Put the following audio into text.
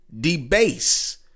debase